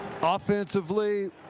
offensively